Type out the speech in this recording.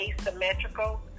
asymmetrical